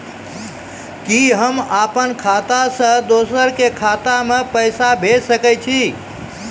कि होम अपन खाता सं दूसर के खाता मे पैसा भेज सकै छी?